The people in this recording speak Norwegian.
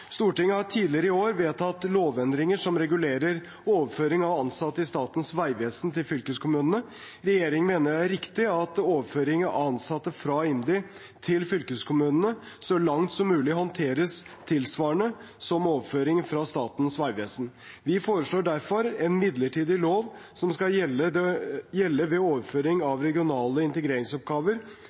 Stortinget har tidligere i år vedtatt lovendringer som regulerer overføring av ansatte i Statens vegvesen til fylkeskommunene. Regjeringen mener det er riktig at overføringen av ansatte fra IMDi til fylkeskommunene så langt som mulig håndteres tilsvarende som overføringen fra Statens vegvesen. Vi foreslår derfor en midlertidig lov som skal gjelde ved overføringen av regionale integreringsoppgaver